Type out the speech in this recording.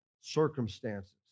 circumstances